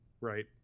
right